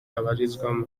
abarizwamo